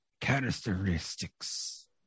characteristics